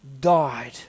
died